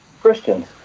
Christians